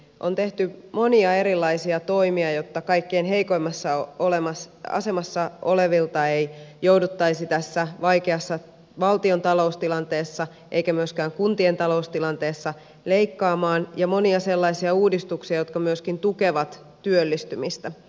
on tehty monia erilaisia toimia jotta kaikkein heikoimmassa asemassa olevilta ei jouduttaisi tässä vaikeassa valtion taloustilanteessa eikä myöskään kuntien taloustilanteessa leikkaamaan ja monia sellaisia uudistuksia jotka myöskin tukevat työllistymistä